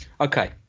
Okay